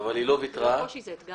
אבל היא לא ויתרה -- זה לא קושי, זה אתגר.